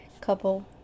couple